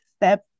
step